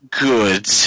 good